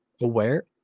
aware